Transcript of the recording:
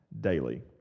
daily